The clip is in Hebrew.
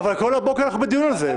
אבל כל הבוקר אנחנו בדיון על זה.